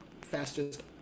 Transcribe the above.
fastest